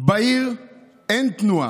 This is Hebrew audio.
בעיר אין תנועה,